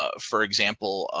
ah for example,